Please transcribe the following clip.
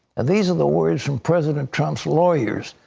and these are the words from president trump's lawyers,